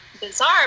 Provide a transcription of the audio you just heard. bizarre